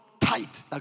tight